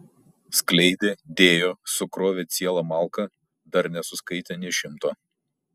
skleidė dėjo sukrovė cielą malką dar nesuskaitė nė šimto